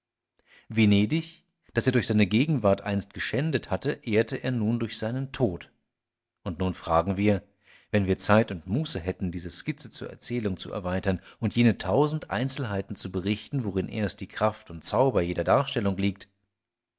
venedig das er durch seine gegenwart einst geschändet hatte ehrte er nun durch seinen tod und nun fragen wir wenn wir zeit und muße hätten diese skizze zur erzählung zu erweitern und jene tausend einzelheiten zu berichten worin erst die kraft und der zauber jeder darstellung liegt